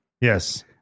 Yes